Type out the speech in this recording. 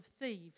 thieves